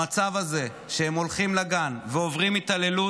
המצב הזה שבו הם הולכים לגן ועוברים התעללות,